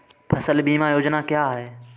फसल बीमा योजना क्या है?